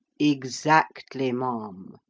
exactly, ma'am.